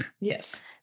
Yes